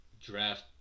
draft